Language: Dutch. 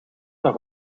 nog